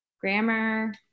Grammar